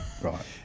Right